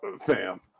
Fam